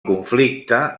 conflicte